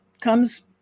comes